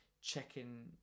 checking